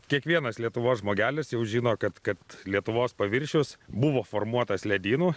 kiekvienas lietuvos žmogelis jau žino kad kad lietuvos paviršius buvo formuotas ledynų